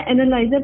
analyzer